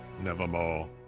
nevermore